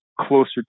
closer